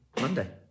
Monday